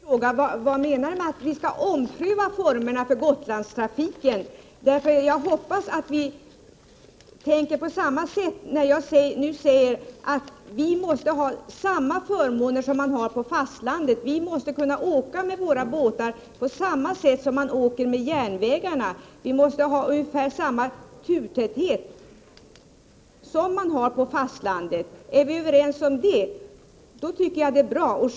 Herr talman! Låt mig slutligen fråga vad som menas med att ompröva formerna för Gotlandstrafiken. Jag hoppas att vi tänker på samma sätt, när jag nu säger att vi måste ha samma förmåner som man har på fastlandet. Vi måste kunna åka med våra båtar liksom vi åker med tåg. Vi måste ha ungefär samma turtäthet som man har på fastlandet. Är vi överens om det, då tycker jag att det är bra.